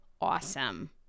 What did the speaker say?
awesome